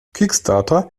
kickstarter